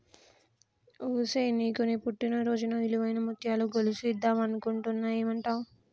ఒసేయ్ నీకు నీ పుట్టిన రోజున ఇలువైన ముత్యాల గొలుసు ఇద్దం అనుకుంటున్న ఏమంటావ్